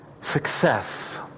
success